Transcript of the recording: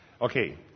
Okay